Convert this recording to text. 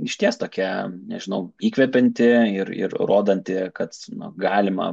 išties tokia nežinau įkvepianti ir ir rodanti kad na galima